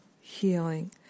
healing